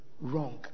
wrong